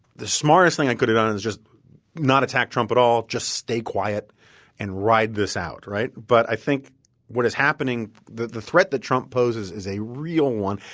the smartest thing i could have done is just not attack trump at all. just stay quiet and ride this out, right? but i think what is happening the the threat that trump poses is a real one.